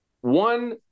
one